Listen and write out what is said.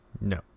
No